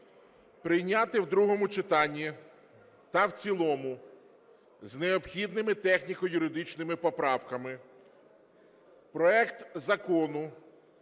прийняти в другому читанні та в цілому з необхідними техніко-юридичними поправками проект Закону